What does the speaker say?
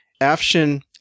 Afshin